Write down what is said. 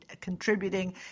contributing